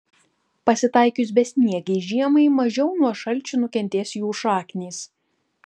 pasitaikius besniegei žiemai mažiau nuo šalčių nukentės jų šaknys